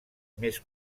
més